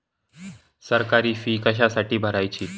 सरकारी फी कशासाठी भरायची